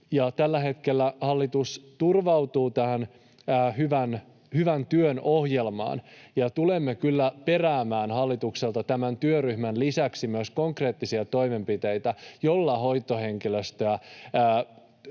tällä hetkellä hallitus turvautuu tähän hyvän työn ohjelmaan. Tulemme kyllä peräämään hallitukselta tämän työryhmän lisäksi myös konkreettisia toimenpiteitä, joilla hoitohenkilöstön